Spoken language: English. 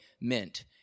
meant